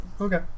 okay